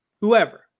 whoever